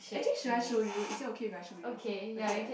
actually should I show you is it okay if I show you okay